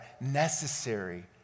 necessary